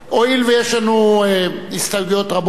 הואיל ויש לנו הסתייגויות רבות,